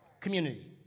community